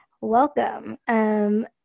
welcome